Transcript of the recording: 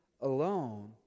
alone